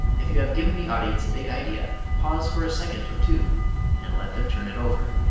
if you have given the audience a big idea, pause for a second or two and let them turn it over.